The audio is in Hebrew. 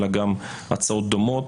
אלא גם הצעות דומות.